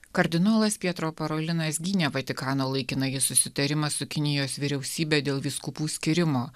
kardinolas pietro parolinas gynė vatikano laikinąjį susitarimą su kinijos vyriausybe dėl vyskupų skyrimo